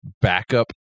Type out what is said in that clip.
backup